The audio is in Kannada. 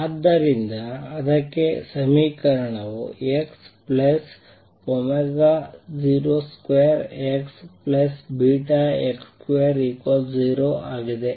ಆದ್ದರಿಂದ ಅದಕ್ಕೆ ಸಮೀಕರಣವು x02xβx20 ಆಗಿದೆ